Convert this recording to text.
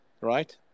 right